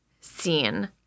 scene